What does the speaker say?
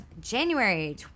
January